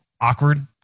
awkward